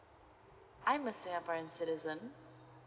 I am a singaporean citizen